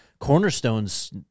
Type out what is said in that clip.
cornerstones